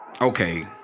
Okay